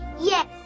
Yes